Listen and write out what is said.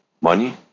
money